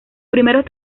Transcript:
primeros